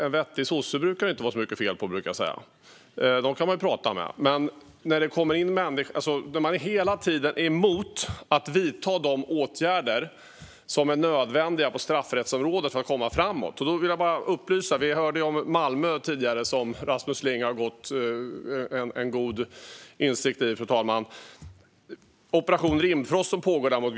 En vettig sosse brukar det inte vara så mycket fel på, brukar jag säga. Dem kan man prata med. Men det har kommit in människor som hela tiden är emot att vidta de åtgärder på straffrättsområdet som är nödvändiga för att komma framåt. Vi hörde tidigare om Malmö, som Rasmus Ling har god insikt i. Där pågår Operation Rimfrost mot grov brottslighet.